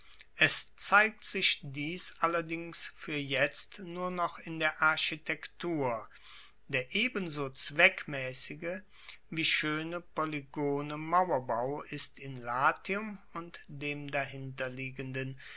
es zeigt sich dies allerdings fuer jetzt nur noch in der architektur der ebenso zweckmaessige wie schoene polygone mauerbau ist in latium und dem dahinterliegenden